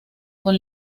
con